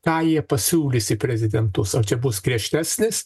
ką jie pasiūlys į prezidentus ar čia bus griežtesnis